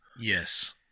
Yes